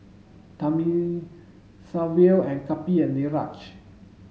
Thamizhavel Kapil and Niraj